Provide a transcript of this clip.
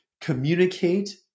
communicate